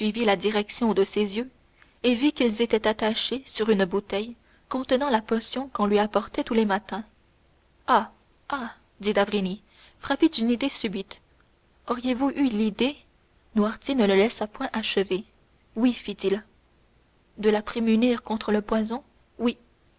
la direction de ses yeux et vit qu'ils étaient attachés sur une bouteille contenant la potion qu'on lui apportait tous les matins ah ah dit d'avrigny frappé d'une idée subite auriez-vous eu l'idée noirtier ne le laissa point achever oui fit-il de la prémunir contre le poison oui